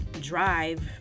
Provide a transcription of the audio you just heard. drive